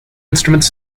instruments